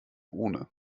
ohne